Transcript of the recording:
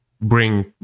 bring